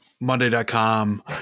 monday.com